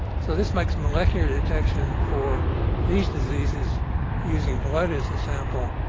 so, this makes molecular detection for these diseases using blood as a sample,